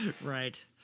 right